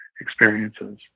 experiences